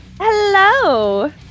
Hello